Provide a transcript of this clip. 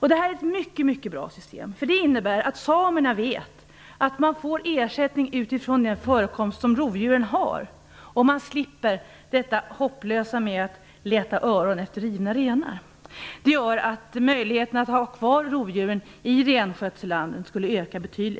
Det här är ett mycket bra system, därför att det innebär att samerna vet att de får ersättning utifrån rovdjursförekomsten och att de slipper detta hopplösa att leta öron efter rivna renar. Det gör att möjligheten att ha kvar rovdjuren i renskötselland skulle öka betydligt.